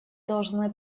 должны